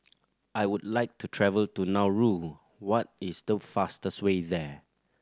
I would like to travel to Nauru what is the fastest way there